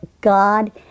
God